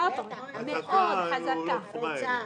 מאוד חזקה.